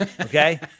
Okay